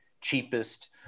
cheapest